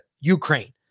Ukraine